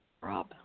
Rob